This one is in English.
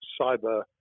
cyber